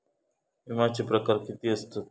विमाचे प्रकार किती असतत?